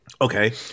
Okay